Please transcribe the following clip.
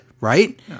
right